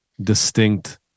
distinct